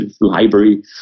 library